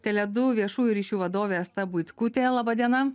tele du viešųjų ryšių vadovė asta buitkutė laba diena